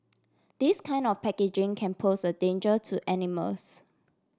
this kind of packaging can pose a danger to animals